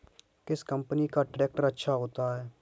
किस कंपनी का ट्रैक्टर अच्छा होता है?